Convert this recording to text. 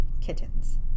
kittens